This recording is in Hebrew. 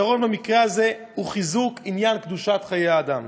הפתרון במקרה הזה הוא חיזוק עניין קדושת חיי האדם.